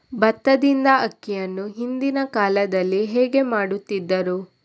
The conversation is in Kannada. ಭತ್ತದಿಂದ ಅಕ್ಕಿಯನ್ನು ಹಿಂದಿನ ಕಾಲದಲ್ಲಿ ಹೇಗೆ ಮಾಡುತಿದ್ದರು?